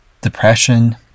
depression